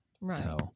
Right